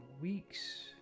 weeks